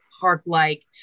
park-like